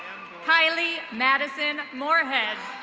kylie madison moorhead.